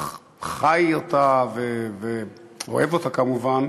חי אותה ואוהב אותה, כמובן,